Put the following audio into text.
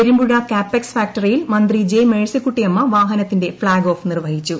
പെരുമ്പുഴ കാപ്പെക്സ് ഫാക്ടറിയിൽ മന്ത്രി ജെ മേഴ്സിക്കുട്ടിയമ്മ വാഹനത്തിന്റൈ ഫ്ളാഗ് ഓഫ് നിർവഹിച്ചു